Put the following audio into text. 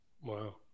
Wow